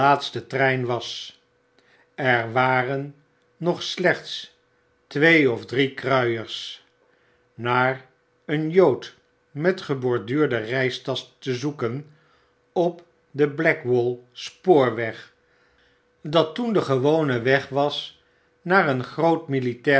laatste trein was er waren nogslechtstweeof drie kruiers naar een jood met geborduurde reistasch te zoeken op den blackwall spoorweg dat toen de gewone weg was naar een groot militair